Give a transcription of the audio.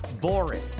boring